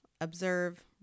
observe